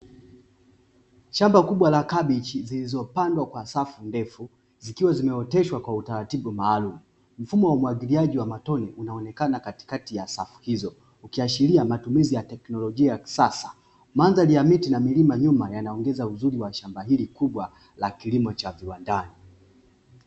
Shamba kubwa la kabichi zilizopandwa kwa safu ndefu, zikiwa zimeoteshwa katika utaratibu maalum. Mfumo wa umwagiliaji wa matone unaonekana katikati ya safu hizo ukiashiria matumizi ya teknolojia ya kisasa. Mandari ya miti na milima nyuma ,yanaongeza uzuri shamba hili kubwa la kilimo cha viwandani.